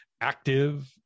active